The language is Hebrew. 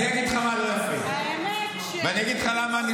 אני אגיד לך מה לא יפה,